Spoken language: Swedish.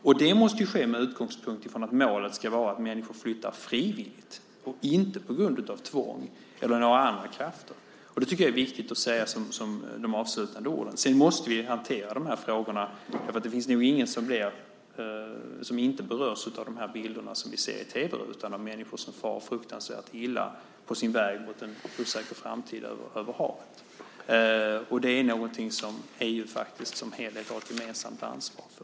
Och det måste ske med utgångspunkt i att målet ska vara att människor flyttar frivilligt och inte på grund av tvång eller några andra krafter. Det tycker jag är viktigt att säga i de avslutande orden. Sedan måste vi hantera de här frågorna. Det finns nog ingen som inte berörs av de bilder som vi ser i tv-rutan av människor som far fruktansvärt illa på sin väg mot en osäker framtid över havet. Det är någonting som vi i EU som helhet faktiskt har ett gemensamt ansvar för.